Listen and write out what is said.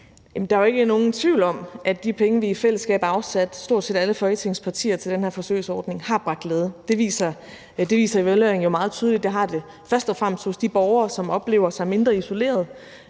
Der er jo ikke nogen tvivl om, at de penge, vi i fællesskab, stort set alle Folketingets partier, afsatte til den her forsøgsordning, har bragt glæde. Det viser evalueringen jo meget tydeligt at de har, først og fremmest hos de borgere, som oplever sig mindre isolerede